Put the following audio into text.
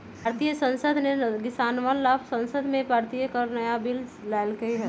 भारतीय संसद ने किसनवन ला संसद में पारित कर नया बिल लय के है